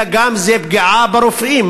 אלא זו גם פגיעה ברופאים.